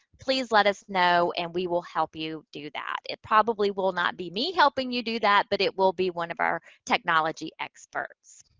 please let us know and we will help you do that. it probably will not be me helping you do that, but it will be one of our technology experts.